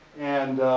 and,